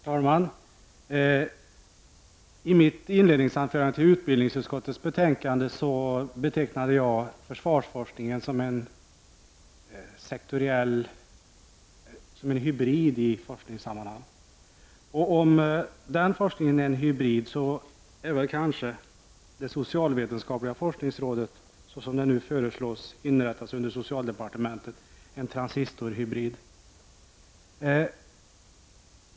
Herr talman! I mitt inledningsanförande i debatten om utbildningsutskottets betänkande betecknade jag försvarsforskningen som en hybrid i forskningssammanhang. Om den forskningen är en hybrid är väl kanske det socialvetenskapliga forskningsrådet, som nu föreslås inrättas under socialdepartementet, en transistorhybrid.